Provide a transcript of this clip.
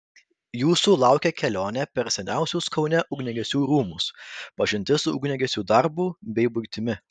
jūsų laukia kelionė per seniausius kaune ugniagesių rūmus pažintis su ugniagesiu darbu bei buitimi